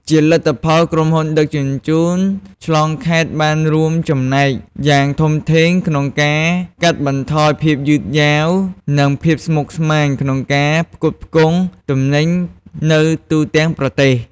ជាលទ្ធផល ក្រុមហ៊ុនដឹកជញ្ជូនឆ្លងខេត្តបានរួមចំណែកយ៉ាងធំធេងក្នុងការកាត់បន្ថយភាពយឺតយ៉ាវ និងភាពស្មុគស្មាញក្នុងការផ្គត់ផ្គង់ទំនិញនៅទូទាំងប្រទេស។